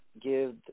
give